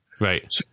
Right